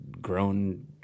grown